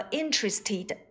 interested